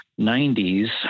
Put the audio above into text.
90s